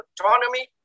autonomy